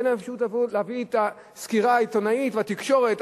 אין להם אפילו אפשרות להביא את הסקירה העיתונאית בתקשורת,